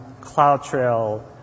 CloudTrail